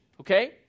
Okay